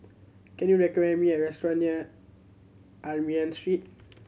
can you recommend me a restaurant near Street